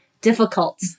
difficult